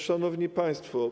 Szanowni Państwo!